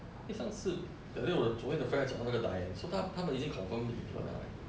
eh 上次 that day 我昨天的 friend 从那个 dian so 他他们已经 confirm with jonna right